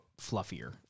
fluffier